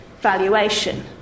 valuation